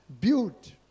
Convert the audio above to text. built